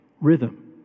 rhythm